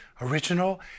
original